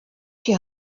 die